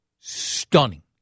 stunning